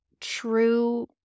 true